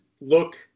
look